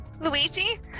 Luigi